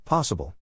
Possible